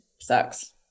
sucks